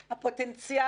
יש לנו קו פתוח